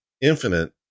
infinite